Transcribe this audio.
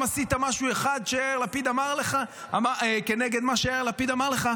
עשית משהו אחד נגד מה שיאיר לפיד אמר לך?